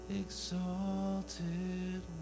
exalted